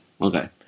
Okay